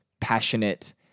passionate